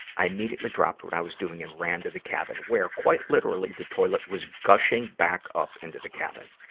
i immediately dropped what i was doing and ran to the cabin, where, quite literally, the toilet was gushing back up into the cabin.